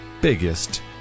biggest